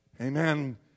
amen